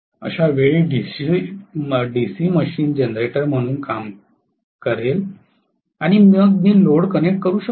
अशा वेळी DC machine generator म्हणून काम करेल आणि मग मी लोड कनेक्ट करू शकतो